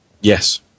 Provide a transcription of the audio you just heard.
Yes